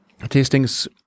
tastings